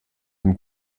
dem